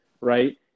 right